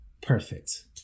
Perfect